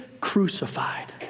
crucified